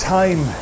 time